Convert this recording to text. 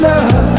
Love